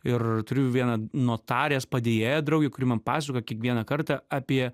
ir turiu vieną notarės padėjėją draugę kuri man pasakoja kiekvieną kartą apie